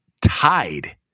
tied